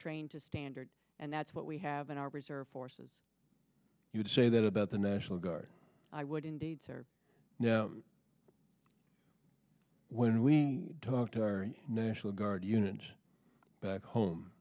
trained to standard and that's what we have in our reserve forces you to say that about the national guard i would indeed sir when we talk to our national guard units back home